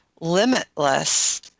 limitless